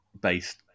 based